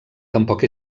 tampoc